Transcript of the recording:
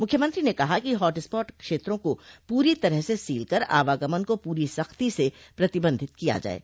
मुख्यमंत्री ने कहा कि हॉट स्पॉट क्षेत्रों को पूरी तरह से सील कर आवागमन को पूरी सख्ती से प्रतिबंधित किया जाये